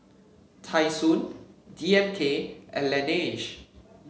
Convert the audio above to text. Tai Sun D M K and Laneige